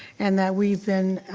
and that we've been,